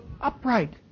upright